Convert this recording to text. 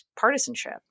partisanship